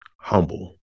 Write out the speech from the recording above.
humble